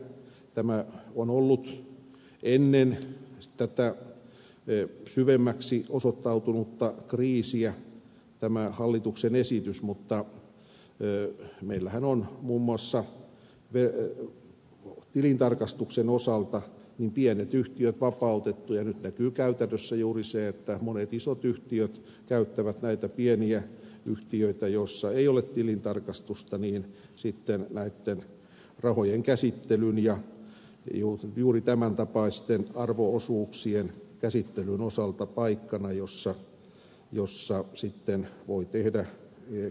tämä hallituksen esitys on ollut ennen tätä syvemmäksi osoittautunutta kriisiä mutta meillähän on muun muassa tilintarkastuksen osalta pienet yhtiöt vapautettu ja nyt näkyy käytännössä juuri se että monet isot yhtiöt käyttävät näitä pieniä yhtiöitä joissa ei ole tilintarkastusta rahojen käsittelyn ja juuri tämän tapaisten arvo osuuksien käsittelyn osalta paikkana jossa sitten voi tehdä kaikenlaista